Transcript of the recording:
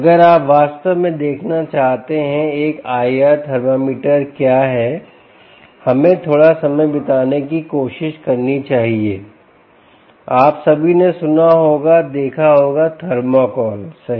अगर आप वास्तव में देखना चाहते हैं एक IR थर्मामीटर क्या है हमें थोड़ा समय बिताने की कोशिश करनी चाहिए आप सभी ने सुना होगा देखा होगा थर्मोकॉल सही